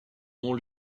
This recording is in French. ont